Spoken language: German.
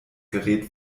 gerät